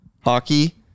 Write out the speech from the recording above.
hockey